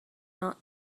not